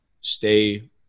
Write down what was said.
stay